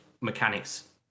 mechanics